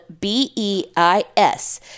B-E-I-S